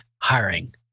hiring